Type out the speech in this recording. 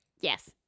Yes